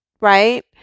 right